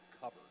cover